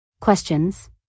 Questions